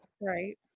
right